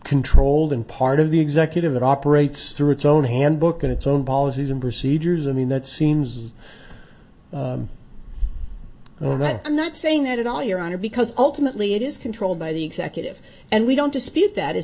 controlled and part of the executive that operates through its own handbook and its own policies and procedures i mean that seems well but i'm not saying that at all your honor because ultimately it is controlled by the executive and we don't dispute that is